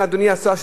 אדוני השר,